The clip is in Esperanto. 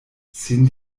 sin